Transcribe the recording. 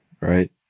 right